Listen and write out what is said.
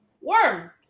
Worm